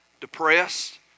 depressed